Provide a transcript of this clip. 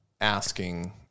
asking